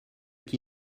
qui